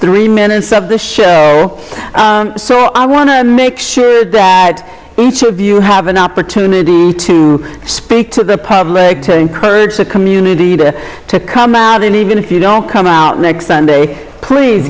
three minutes of the show so i want to make sure that each of you have an opportunity to speak to the public to encourage the community to come out and even if you don't come out next sunday please